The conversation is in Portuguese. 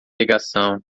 ligação